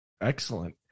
Excellent